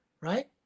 right